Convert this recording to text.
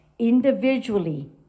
individually